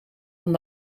aan